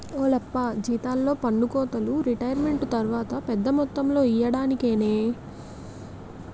ఓలప్పా జీతాల్లో పన్నుకోతలు రిటైరుమెంటు తర్వాత పెద్ద మొత్తంలో ఇయ్యడానికేనే